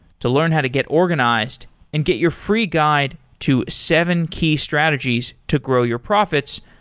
to learn how to get organized and get your free guide to seven key strategies to grow your profits,